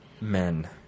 men